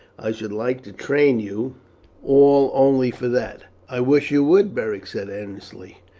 i should like to train you all only for that. i wish you would, beric said earnestly.